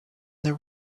there